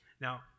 Now